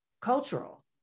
cultural